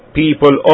people